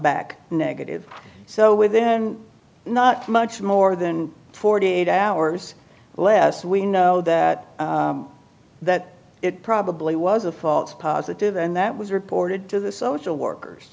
back negative so with then not much more than forty eight hours less we know that that it probably was a false positive and that was reported to the social workers